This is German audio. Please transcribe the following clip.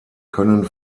können